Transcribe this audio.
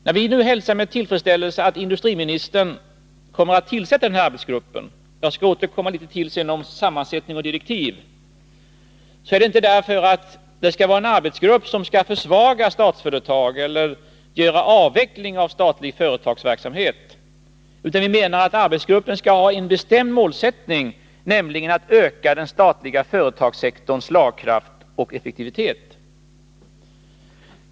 När vi nu hälsar med tillfredsställelse att industriministern kommer att tillsätta den här arbetsgruppen — jag skall senare återkomma till frågan om sammansättning och direktiv — är det inte därför att arbetsgruppen skall försvaga Statsföretag eller avveckla statlig företagsverksamhet, utan vi menar att arbetsgruppen skall ha en bestämd målsättning, nämligen att öka den statliga företagssektorns slagkraft och effektivitet.